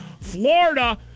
Florida